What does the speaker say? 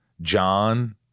John